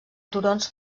turons